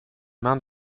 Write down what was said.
mains